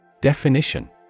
Definition